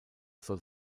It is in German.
soll